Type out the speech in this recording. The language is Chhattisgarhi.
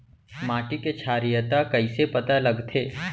माटी के क्षारीयता कइसे पता लगथे?